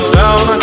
down